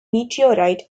meteorite